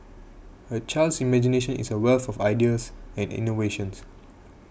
a child's imagination is a wealth of ideas and innovations